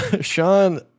Sean